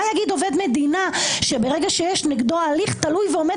מה יגיד עובד מדינה שברגע שיש נגדו הליך תלוי ועומד